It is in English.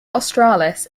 australis